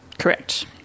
Correct